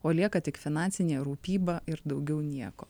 o lieka tik finansinė rūpyba ir daugiau nieko